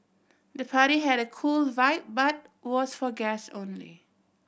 the party had a cool vibe but was for guests only